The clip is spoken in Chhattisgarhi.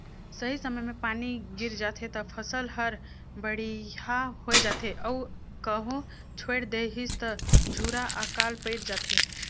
सही समय मे पानी गिर जाथे त फसल हर बड़िहा होये जाथे अउ कहो छोएड़ देहिस त झूरा आकाल पइर जाथे